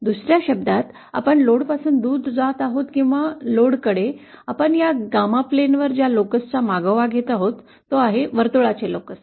दुसर्या शब्दांत आपण लोडपासून दूर जात आहोत किंवा लोडकडे आपण या ℾ प्लेनवर ज्या लोकसचा मागोवा घेत आहोत त्या एका वर्तुळाचे आहे